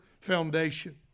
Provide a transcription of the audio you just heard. foundation